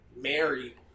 Mary